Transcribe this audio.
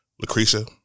Lucretia